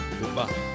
Goodbye